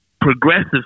progressive